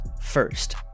First